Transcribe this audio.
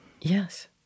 Yes